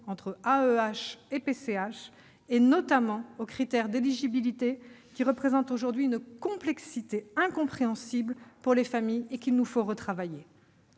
entre AEEH et PCH et au critère d'éligibilité qui représente aujourd'hui une complexité incompréhensible pour les familles qu'il nous faut retravailler.